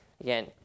Again